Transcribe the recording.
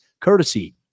courtesy